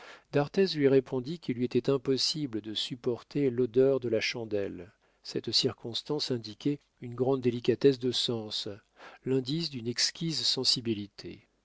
d'arthez lui répondit qu'il lui était impossible de supporter l'odeur de la chandelle cette circonstance indiquait une grande délicatesse de sens l'indice d'une exquise sensibilité